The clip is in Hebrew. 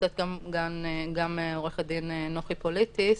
ונמצאת כאן גם עו"ד נוחי פוליטיס,